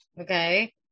okay